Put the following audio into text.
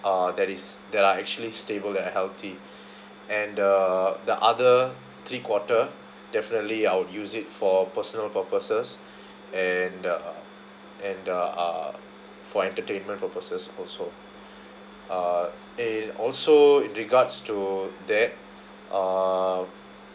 uh that is that are actually stable and healthy and the the other three quarter definitely I will use it for personal purposes and uh and uh ah for entertainment purposes also uh and also in regards to that uh